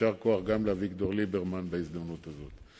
יישר כוח גם לאביגדור ליברמן בהזדמנות הזאת.